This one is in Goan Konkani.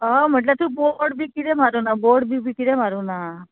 हय म्हटल्या थंय बोर्ड बी किदें मारुना बोर्ड बी बी किद्या मारूं ना